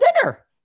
dinner